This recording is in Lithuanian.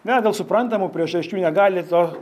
ne dėl suprantamų priežasčių negali to